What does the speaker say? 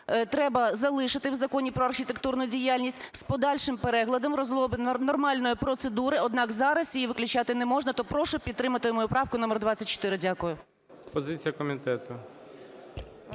треба залишити в Законі "Про архітектурну діяльність" з подальшим переглядом, розробленням нормальної процедури. Однак зараз її виключати не можна. То прошу підтримати мою правку номер 24. Дякую.